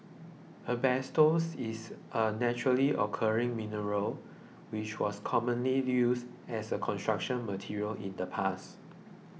asbestos is a naturally occurring mineral which was commonly used as a Construction Material in the past